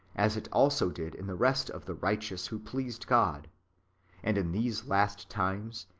as it also did in the rest of the righteous who pleased god and in these last times,